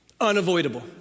unavoidable